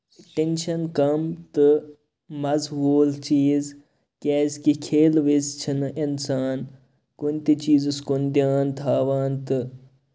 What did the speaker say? tension کَم تہٕ مَزٕ وول چیٖز کیازِ کہِ کھیل وِز چھُنہٕ اِنسان کُنہِ تہِ چیٖزس کُن دیان تھاوان تہٕ